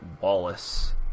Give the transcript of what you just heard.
Wallace